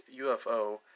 UFO